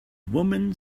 woman